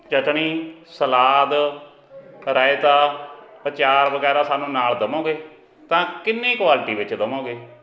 ਚਟਣੀ salad raita ਅਚਾਰ ਵਗੈਰਾ ਸਾਨੂੰ ਨਾਲ ਦੇਵੋਗੇ ਤਾਂ ਕਿੰਨੀ ਕੁਆਲਟੀ ਵਿੱਚ ਦੇਵੋਗੇ